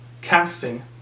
casting